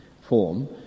form